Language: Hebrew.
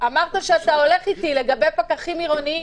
אמרת שאתה הולך איתי לגבי פקחים עירוניים.